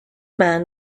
man